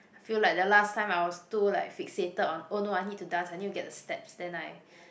feel like the last time I was too like fixated on oh no I need to dance I need to get the steps then I